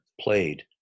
played